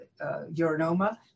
urinoma